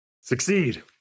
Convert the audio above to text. Succeed